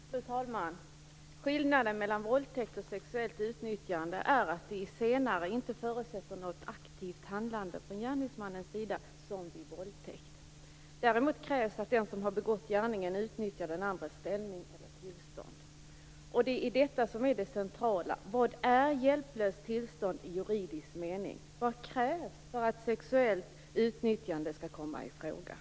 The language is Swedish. Fru talman! Skillnaden mellan våldtäkt och sexuellt utnyttjande är att det senare inte förutsätter något aktivt handlande från gärningsmannens sida, som vid våldtäkt. Däremot krävs att den som har begått gärningen utnyttjat den andres ställning eller tillstånd. Det är detta som är det centrala. Vad är "hjälplöst tillstånd" i juridisk mening? Vad krävs för att sexuellt utnyttjande skall komma i fråga?